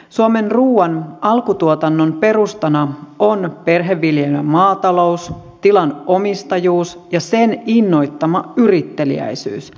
suomen ruoan alkutuotannon perustana on perheviljelmämaatalous tilan omistajuus ja sen innoittama yritteliäisyys